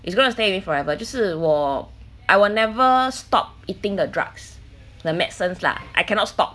it's going to stay in me forever 就是我 I will never stop eating the drugs the medicines lah I cannot stop